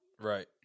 Right